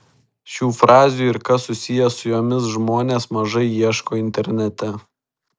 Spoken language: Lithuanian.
šių frazių ir kas susiję su jomis žmonės mažai ieško internete